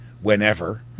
whenever